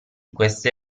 queste